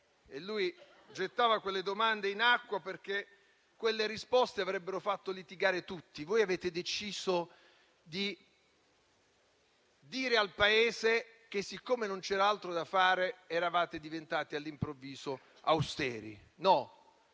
Lui gettava quelle domande in acqua, perché le risposte avrebbero fatto litigare tutti. Voi avete deciso di dire al Paese che, siccome non c'era altro da fare, siete diventati all'improvviso austeri. No,